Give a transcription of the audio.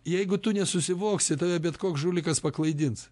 jeigu tu nesusivoksi tave bet koks žulikas paklaidins